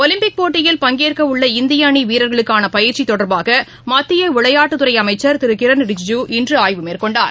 Olympic போட்டியில் பங்கேற்கவுள்ள இந்தியஅணிவீரர்களுக்கானபயிற்சிதொடர்பாகமத்தியவிளையாட்டுத் துறைஅமைச்சர் திருகிரண் ரிஜிஜூ இன்றுஆய்வு மேற்கொண்டார்